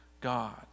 God